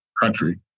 country